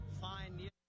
fine